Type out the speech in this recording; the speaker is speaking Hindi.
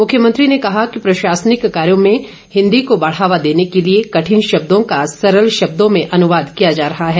मुख्यमंत्री ने कहा कि प्रशासनिक कार्यों में हिंदी को बढ़ावा देने के लिए कठिन शब्दों का सरल शब्दों में अनुवाद किया जा रहा है